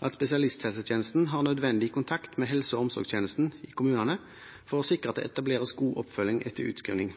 at spesialisthelsetjenesten har nødvendig kontakt med helse- og omsorgstjenesten i kommunene for å sikre at det etableres god oppfølging etter utskriving.